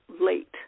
late